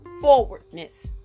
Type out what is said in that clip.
forwardness